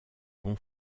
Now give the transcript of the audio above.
bon